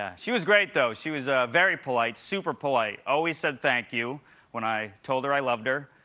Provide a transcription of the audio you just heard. ah she was great though. she was very polite, super polite, always said thank you when i told her i loved her.